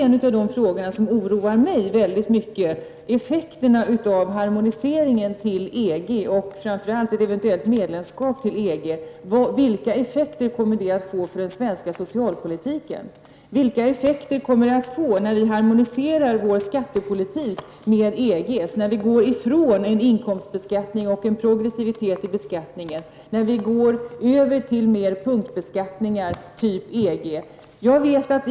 En fråga som oroar mig mycket är vilka effekter harmoniseringen till EG och framför allt ett eventuellt medlemskap i EG kommer att få för den svenska socialpolitiken. Vilka kommer effekterna att bli av att vi harmoniserar vår skattepolitik med EG:s, av att vi går ifrån en inkomstbeskattning och en progressivitet i beskattningen och i stället i högre grad går över till sådana punktbeskattningar som förekommer inom EG?